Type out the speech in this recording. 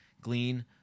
glean